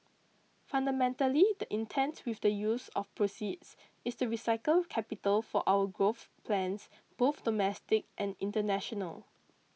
fundamentally the intent with the use of proceeds is to recycle capital for our growth plans both domestic and international